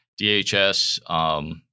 DHS